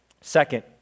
Second